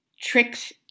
tricks